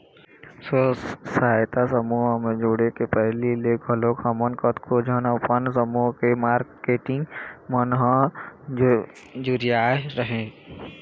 स्व सहायता समूह म जुड़े के पहिली ले घलोक हमन कतको झन अपन समूह के मारकेटिंग मन ह जुरियाय रेहेंन